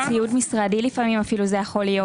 ציוד משרדי אפילו זה יכול להיות.